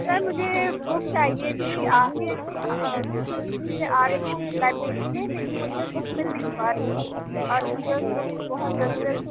سر مجھے بک چاہیے تھی آپ کے یہاں اور دو دن سے آ رہی ہوں لائبریری میں لیکن مجھے بک مل نہیں پا رہی ہے اور مجھے اس بک کی بہت ضرورت ہے